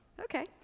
Okay